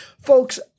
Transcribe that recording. Folks